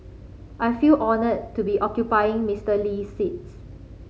I feel honoured to be occupying Mister Lee's seat